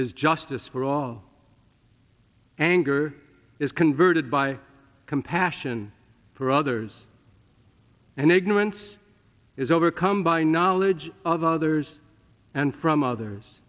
is justice for all anger is converted by compassion for others and ignorance is overcome by knowledge of others and from others